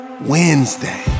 Wednesday